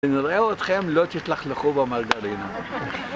ונראה אתכם לא תתלכלכו במרגרינה